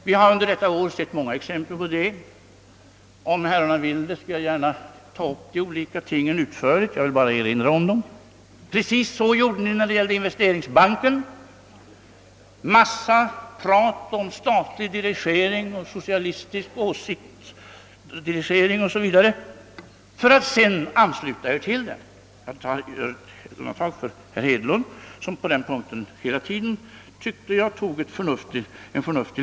Vi har under detta år sett flera sådana exempel — om herrarna vill skall jag gärna utförligt redogöra för det. Precis så gick ni till väga när det gällde investeringsbanken. Först kom ni med en massa prat om statlig och socialistisk dirigering för att sedan ansluta er till vår linje. Jag gör ett undantag för herr Hedlund, som hela tiden enligt min mening följde en förnuftig linje härvidlag.